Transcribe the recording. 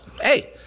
hey